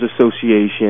Association